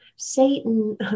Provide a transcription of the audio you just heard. satan